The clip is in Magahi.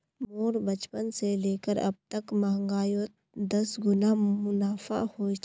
मोर बचपन से लेकर अब तक महंगाईयोत दस गुना मुनाफा होए छे